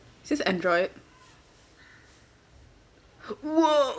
is this android !wow!